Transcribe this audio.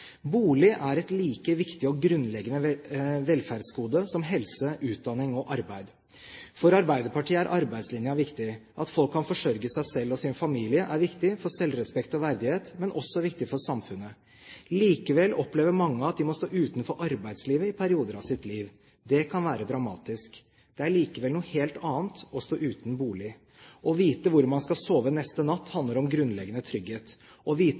Bolig er et like viktig og grunnleggende velferdsgode som helse, utdanning og arbeid. For Arbeiderpartiet er arbeidslinjen viktig. At folk kan forsørge seg selv og sin familie, er viktig for selvrespekt og verdighet, men også viktig for samfunnet. Likevel opplever mange at de må stå utenfor arbeidslivet i perioder av sitt liv. Det kan være dramatisk. Det er likevel noe helt annet å stå uten bolig. Å vite hvor man skal sove neste natt, handler om grunnleggende trygghet. Å vite